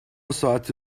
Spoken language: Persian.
ساعت